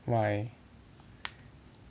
why